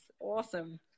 Awesome